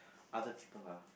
other people lah